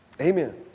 Amen